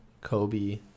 Kobe